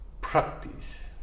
practice